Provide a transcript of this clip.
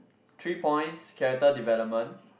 three points character development